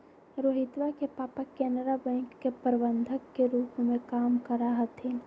रोहितवा के पापा केनरा बैंक के प्रबंधक के रूप में काम करा हथिन